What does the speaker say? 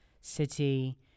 City